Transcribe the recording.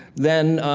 then, ah,